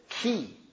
Key